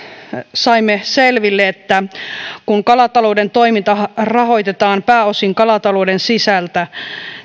saimme selville että kun kalatalouden toiminta rahoitetaan pääosin kalatalouden sisältä